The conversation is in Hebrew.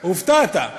הופתעת.